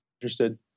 interested